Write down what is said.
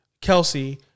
Kelsey